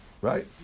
Right